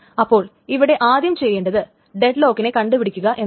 അപ്പോൾ ഇവിടെ ആദ്യം ചെയ്യേണ്ടത് ഡെഡ് ലോക്കിനെ കണ്ടുപിടിക്കുക എന്നതാണ്